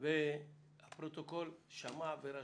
והפרוטוקול שמע ורשם.